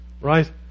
Right